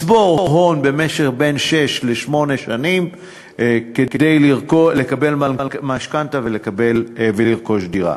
יוכלו לצבור הון בין שש לשמונה שנים כדי לקבל משכנתה ולרכוש דירה.